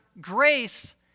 grace